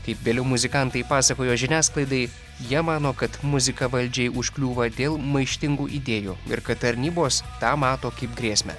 kaip vėliau muzikantai pasakojo žiniasklaidai jie mano kad muzika valdžiai užkliūva dėl maištingų idėjų ir kad tarnybos tą mato kaip grėsmę